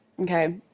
Okay